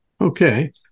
Okay